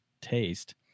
taste